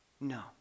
No